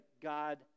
God